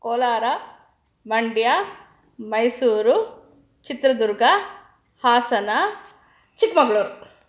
Kolar Mandya Mysuru Chitradurga Hassan Chikmagalur